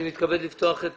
אני מתכבד לפתוח את